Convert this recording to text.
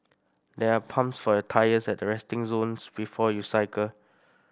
there are pumps for your tyres at resting zones before you cycle